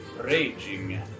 raging